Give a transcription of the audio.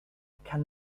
can